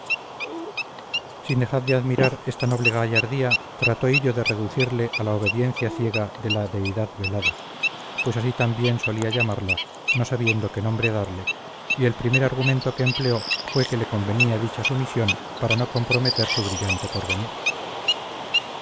dejar de admirar esta noble gallardía trató hillo de reducirle a la obediencia ciega de la deidad velada pues así también solía llamarla no sabiendo qué nombre darle y el primer argumento que empleó fue que le convenía dicha sumisión para no comprometer su brillante porvenir